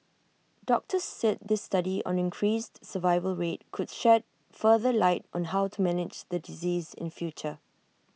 doctors said this study on increased survival rate could shed further light on how to manage the disease in future